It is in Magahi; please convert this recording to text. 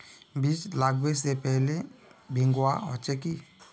बीज लागबे से पहले भींगावे होचे की?